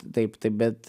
taip taip bet